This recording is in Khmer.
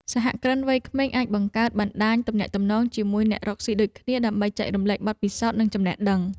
សហគ្រិនវ័យក្មេងអាចបង្កើតបណ្តាញទំនាក់ទំនងជាមួយអ្នករកស៊ីដូចគ្នា ដើម្បីចែករំលែកបទពិសោធន៍និងចំណេះដឹង។